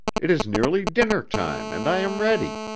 it is nearly dinner-time, and i am ready.